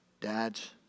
dads